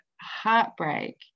heartbreak